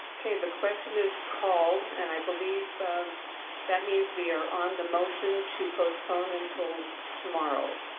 okay. the question is called. and i believe that means we are on the motion to postpone until tomorrow.